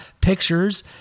pictures